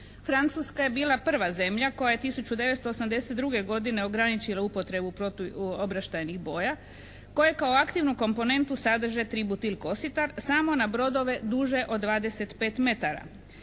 Francuska je bila prva zemlja koja je 1982. godine ograničila upotrebu protuobraštajnih boja koje kao aktivnu komponentu sadrže tributil kositar samo na brodove duže od 25 metara.